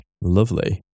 Lovely